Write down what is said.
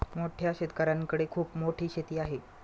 मोठ्या शेतकऱ्यांकडे खूप मोठी शेती आहे